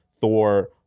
Thor